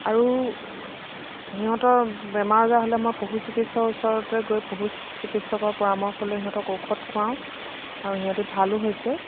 আৰু সিহঁতৰ বেমাৰ আজাৰ হ'লে মই পশু চিকিৎসকৰ ওচৰতে গৈ পশু চিকিৎসকৰ পৰামৰ্শ লৈ সিহঁতক ঔষধ খোৱাওঁ আৰু সিহঁতি ভালো হৈছে